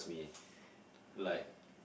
like